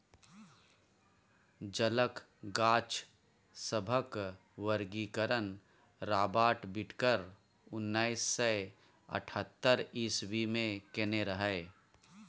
जलक गाछ सभक वर्गीकरण राबर्ट बिटकर उन्नैस सय अठहत्तर इस्वी मे केने रहय